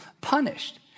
punished